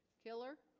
killer